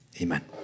Amen